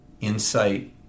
insight